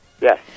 Yes